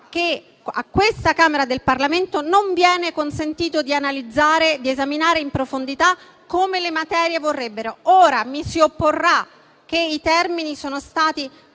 che a questa Camera del Parlamento non viene consentito di analizzare ed esaminare in profondità, come esse vorrebbero. Ora, mi si opporrà che i termini sono stati